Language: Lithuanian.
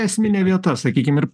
esminė vieta sakykim ir